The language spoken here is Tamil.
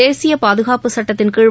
தேசிய பாதுகாப்பு சட்டத்தின்கீழ்